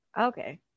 Okay